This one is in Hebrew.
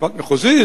בית-משפט מחוזי.